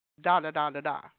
da-da-da-da-da